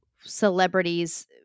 celebrities